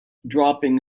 dropping